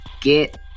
get